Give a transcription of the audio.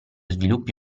sviluppo